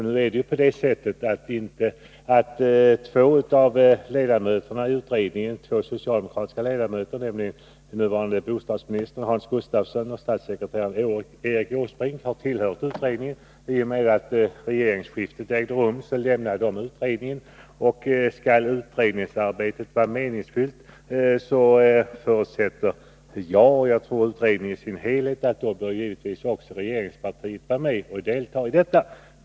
Det är nu på det sättet att två socialdemokratiska ledamöter i utredningen, nämligen nuvarande bostadsministern Hans Gustafsson och statssekreterare Erik Åsbrink, i och med att regeringsskiftet ägde rum lämnade utredningen. Skall utredningsarbetet vara meningsfyllt förutsätter jag, och troligen utredningen i sin helhet, att regeringspartiet givetvis också bör vara med och delta i detta arbete.